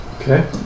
Okay